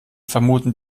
vermuten